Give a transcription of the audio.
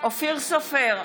אופיר סופר,